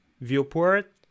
viewport